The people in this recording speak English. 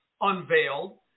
unveiled